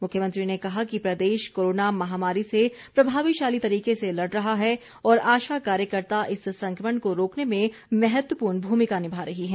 मुख्यमंत्री ने कहा कि प्रदेश कोरोना महामारी से प्रभावशाली तरीके से लड़ रहा है और आशा कार्यकर्ता इस संक्रमण को रोकने में महत्वपूर्ण भूमिका निभा रही हैं